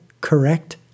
correct